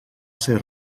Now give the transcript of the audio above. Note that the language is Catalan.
ser